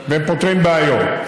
ומשום מה היא הפכה להיות בעיה של